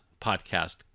podcast